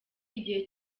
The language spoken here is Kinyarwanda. igihe